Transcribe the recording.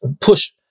push